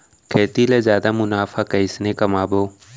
खेती ले जादा मुनाफा कइसने कमाबो?